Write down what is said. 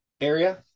area